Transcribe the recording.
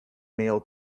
male